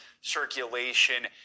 circulation